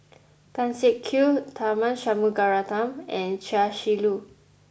Tan Siak Kew Tharman Shanmugaratnam and Chia Shi Lu